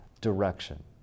direction